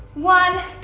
one.